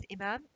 Imam